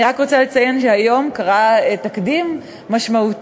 אני רוצה לציין שהיום קרה תקדים משמעותי